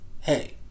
hey